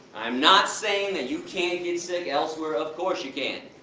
i'm not saying that you can't get sick elsewhere, of course you can.